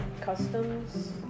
customs